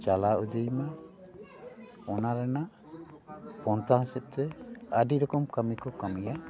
ᱪᱟᱞᱟᱣ ᱤᱫᱤ ᱢᱟ ᱚᱱᱟ ᱨᱮᱱᱟᱜ ᱯᱚᱱᱛᱷᱟ ᱦᱚᱛᱮᱫ ᱛᱮ ᱟᱹᱰᱤ ᱨᱚᱠᱚᱢ ᱠᱟᱹᱢᱤ ᱠᱚ ᱠᱟᱹᱢᱤᱭᱟ